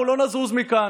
ואנחנו לא נזוז מכאן.